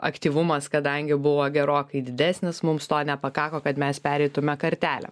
aktyvumas kadangi buvo gerokai didesnis mums to nepakako kad mes pereitume kartelę